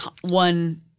one